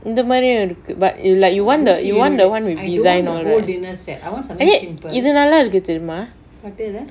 இந்தமாரியு இருக்கு:inthamariyu iruku but you like you want the you want the one with design all right eh இது நல்லா இருக்கு தெரியுமா:ithu nalla iruku theriyuma